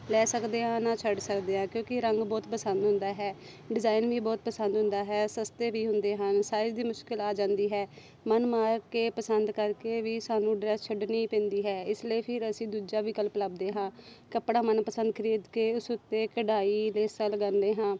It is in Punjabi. ਲੈ ਸਕਦੇ ਹਾਂ ਨਾ ਛੱਡ ਸਕਦੇ ਹਾਂ ਕਿਉਂਕਿ ਰੰਗ ਬਹੁਤ ਪਸੰਦ ਹੁੰਦਾ ਹੈ ਡਿਜ਼ਾਈਨ ਵੀ ਬਹੁਤ ਪਸੰਦ ਹੁੰਦਾ ਹੈ ਸਸਤੇ ਵੀ ਹੁੰਦੇ ਹਨ ਸਾਈਜ਼ ਦੀ ਮੁਸ਼ਕਲ ਆ ਜਾਂਦੀ ਹੈ ਮਨ ਮਾਰ ਕੇ ਪਸੰਦ ਕਰਕੇ ਵੀ ਸਾਨੂੰ ਡਰੈੱਸ ਛੱਡਣੀ ਪੈਂਦੀ ਹੈ ਇਸ ਲਈ ਫਿਰ ਅਸੀਂ ਦੂਜਾ ਵਿਕਲਪ ਲੱਭਦੇ ਹਾਂ ਕੱਪੜਾ ਮਨਪਸੰਦ ਖਰੀਦ ਕੇ ਉਸ ਉੱਤੇ ਕਢਾਈ ਲੈਸਾਂ ਲਗਾਉਂਦੇ ਹਾਂ